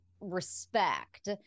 respect